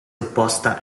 opposta